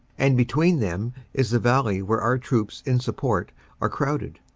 and between them is the valley where our troops in support are crowded.